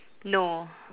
no